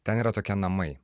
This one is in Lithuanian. ten yra tokie namai